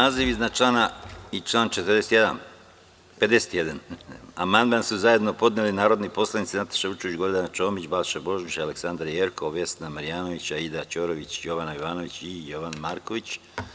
Na naziv iznad člana i član 51. amandman su zajedno podneli narodni poslanici Nataša Vučković, Gordana Čomić, Balša Božović, Aleksandra Jerkov, Vesna Marjanović, Aida Ćorović, Jovana Jovanović i Jovan Marković.